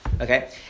Okay